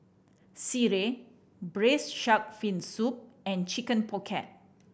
sireh Braised Shark Fin Soup and Chicken Pocket